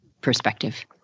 perspective